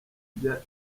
ijya